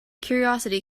curiosity